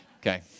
Okay